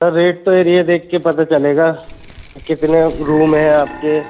سر rate تو area دیکھ کر پتہ چلے گا کتنے روم ہیں آپ کے